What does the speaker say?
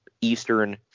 Eastern